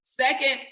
Second